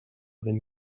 than